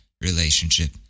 relationship